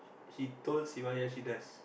she told Sivaya she does